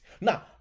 Now